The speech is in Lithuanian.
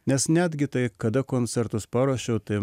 nes netgi tai kada koncertus paruošiau tai